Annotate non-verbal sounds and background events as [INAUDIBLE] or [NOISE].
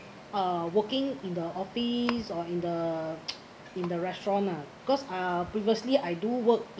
uh working in the office or in the [NOISE] in the restaurant ah cause ah previously I do work